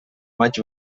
maig